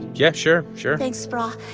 yeah. sure. sure thanks, brah.